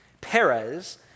Perez